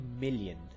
million